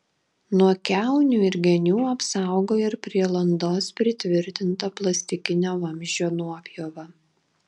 nuo kiaunių ir genių apsaugo ir prie landos pritvirtinta plastikinio vamzdžio nuopjova